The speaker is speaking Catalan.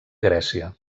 grècia